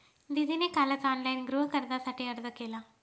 दीदीने कालच ऑनलाइन गृहकर्जासाठी अर्ज केला